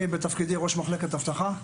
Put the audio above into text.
אני בתפקידי ראש מחלקת אבטחה.